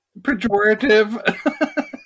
Pejorative